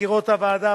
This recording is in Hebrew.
מזכירות הוועדה,